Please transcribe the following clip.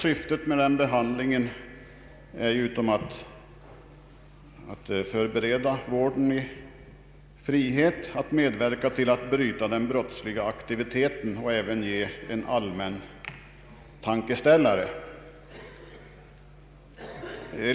Syftet med denna behandling är förutom att förbereda vård i frihet att medverka till att bryta den brottsliga aktiviteten och även att ge en allmän tankeställare.